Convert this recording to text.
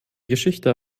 geschichte